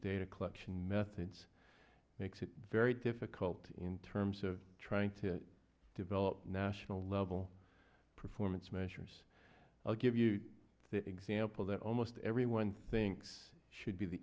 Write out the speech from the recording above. data collection methods makes it very difficult in terms of trying to develop national level performance measures i'll give you the example that almost everyone thinks should be the